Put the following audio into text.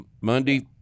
Monday